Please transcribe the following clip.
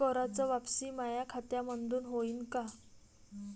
कराच वापसी माया खात्यामंधून होईन का?